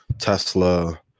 Tesla